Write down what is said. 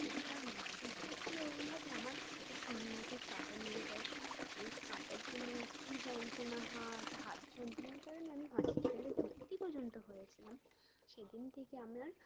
একবার মাাস ধরতে কী ওরমভাবে আমার হাতে তো শিঙি মাছের কাঁটা মেরে দেয় সেই কাঁটার জন্য কি যন্ত্রণা হাত হাত যন্ত্রণার কারণে আমি হসপিটালে ভর্তি পর্যন্ত হয়েছিলাম সেদিন থেকে আমি